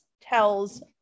tells